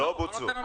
לא בוצעו.